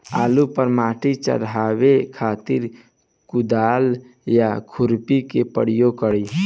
आलू पर माटी चढ़ावे खातिर कुदाल या खुरपी के प्रयोग करी?